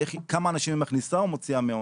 כמה אנשים היא מכניסה או מוציאה מהעוני,